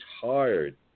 tired